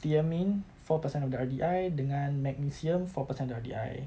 thiamine four percent of the R_D_I dengan magnesium four percent of the R_D_I